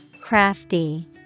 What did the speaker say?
Crafty